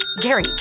gary